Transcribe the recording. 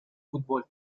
fútbol